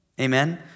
Amen